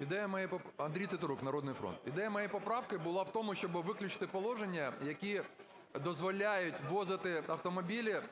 Ідея моєї поправки була в тому, щоби виключити положення, які дозволяють ввозити автомобілі,